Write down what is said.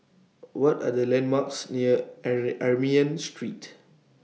What Are The landmarks near Armenian Street